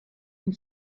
und